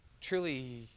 truly